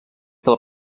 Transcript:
del